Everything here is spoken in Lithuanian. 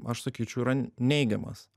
aš sakyčiau yra neigiamas